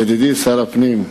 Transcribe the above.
ידידי שר הפנים,